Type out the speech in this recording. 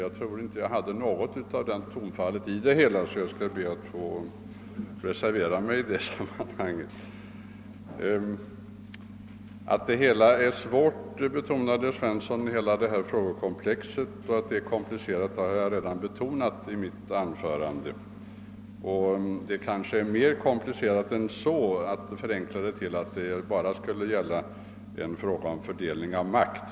Jag tror inte ens att det fanns något av en sådant tonfall i mitt anförande. Jag skall därför be att få reservera mig mot herr Svenssons uttalande på den punkten. Att hela detta frågekomplex är svårt sade herr Svensson. Att det är komplicerat har jag redan betonat i mitt anförande. Man kan inte förenkla det till att det bara skulle gälla en fråga om fördelning av makt.